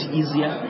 easier